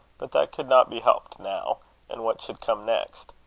but that could not be helped now and what should come next?